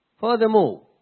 Furthermore